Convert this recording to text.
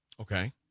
Okay